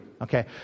Okay